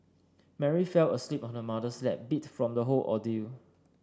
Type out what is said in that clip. Mary fell asleep on her mother's lap beat from the whole ordeal